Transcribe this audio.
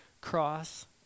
Cross